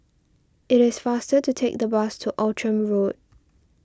it is faster to take the bus to Outram Road